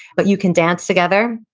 but you can dance together,